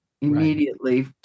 immediately